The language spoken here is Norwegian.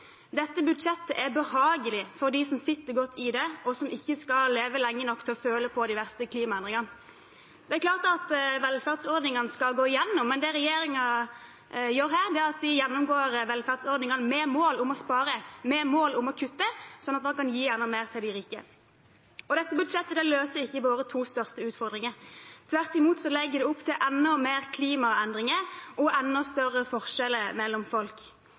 Dette budsjettet er behagelig for dem som sitter godt i det, og som ikke skal leve lenge nok til å føle på de verste klimaendringene. Det er klart at velferdsordningene skal gås igjennom, men det regjeringen gjør her, er at den gjennomgår velferdsordningene med mål om å spare, med mål om å kutte, sånn at man kan gi enda mer til de rike. Dette budsjettet løser ikke våre to største utfordringer. Tvert imot legger det opp til enda mer klimaendringer og enda større forskjeller mellom folk.